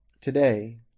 today